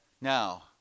Now